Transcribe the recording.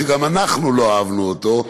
שגם אנחנו לא אהבנו אותו.